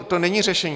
To není řešení.